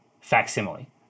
facsimile